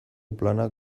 planak